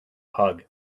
hug